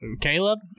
caleb